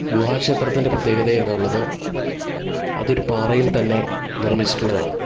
ഗുഹാക്ഷേത്രത്തിൻ്റെ പ്രത്യേകത എന്നുള്ളത് അതൊരു പാറയിൽ തന്നെ നിർമ്മിച്ചിട്ടുള്ളതാണ്